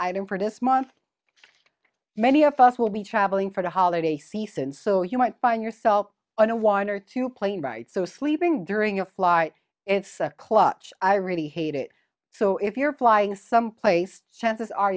don't for this month many of us will be traveling for the holiday season so you might find yourself on a wine or two plane right so sleeping during a flight it's a clutch i really hate it so if you're flying someplace chances are